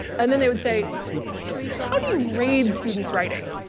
and then they would say how do you grade students writing